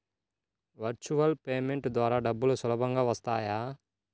Virtual payment ద్వారా డబ్బులు సులభంగా వస్తాయా?